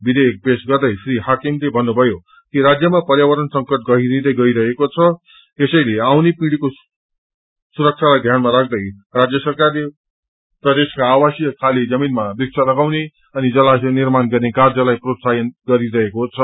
विधेयक पेश गर्दे श्र हामिले भन्नुभयो कि राज्यमा पर्यावरण संकट गहिरिँदै गइरहेको छ यसैल आउने पिढ़ीको सुरक्षालाई ध्यानमा राख्दै राज्य सरकारले प्रदेश्का आवासीय खाली जमीनमा वृक्ष लागाउन अनि जलाशय निर्माण गर्ने कार्यलाई प्रोत्साहित गरिरहेको छ